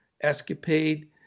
escapade